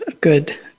Good